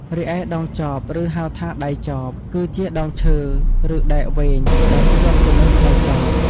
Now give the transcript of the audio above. រីឯដងចប ឬហៅថា ដៃចប គឺជាដងឈើ ឬដែកវែង ដែលភ្ជាប់ទៅនឹងផ្លែចប។